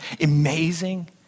amazing